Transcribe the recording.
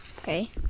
Okay